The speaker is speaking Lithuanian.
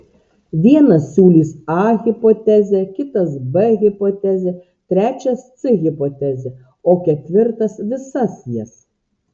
vienas siūlys a hipotezę kitas b hipotezę trečias c hipotezę o ketvirtas visas jas